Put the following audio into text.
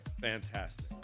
Fantastic